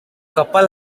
couple